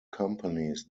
companies